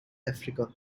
africa